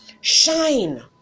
shine